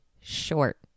short